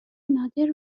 نادر